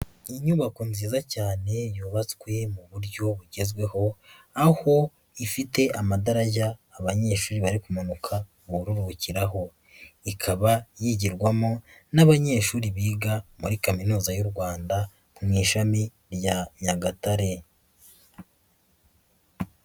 Inyubako nziza cyane yubatswe mu buryo bugezweho aho ifite amadarajya abanyeshuri bari kumanuka buruhukiraho, ikaba yigirwamo n'abanyeshuri biga muri kaminuza y'u Rwanda mu ishami rya Nyagatare.